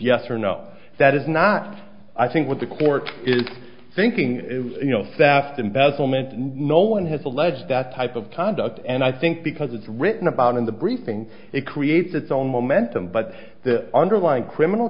yes or no that is not i think what the court is thinking you know fast embezzlement no one has alleged that type of conduct and i think because it's written about in the briefing it creates its own momentum but the underlying criminal